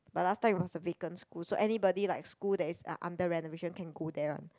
but last time it was a vacant school so anybody like school that is under renovation can go there one